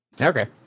okay